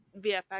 VFX